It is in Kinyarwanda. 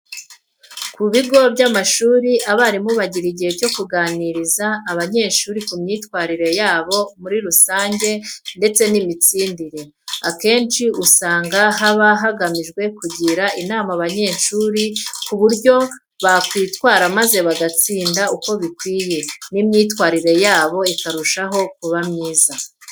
Ku bigo by'amashuri abarimu bagira igihe cyo kuganiriza abanyeshuri ku myitwarire yabo muri rusange ndetse n'imitsindire. Akenshi usanga haba hagamijwe kugira inama abanyeshuri ku buryo bakwitwara maze bagatsinda uko bikwiye n'imyitwarire yabo ikarushaho kuba myiza.